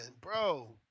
bro